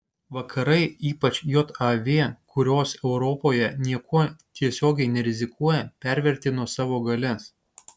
vakarai ypač jav kurios europoje niekuo tiesiogiai nerizikuoja pervertino savo galias